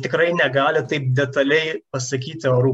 tikrai negali taip detaliai pasakyti orų